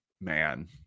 man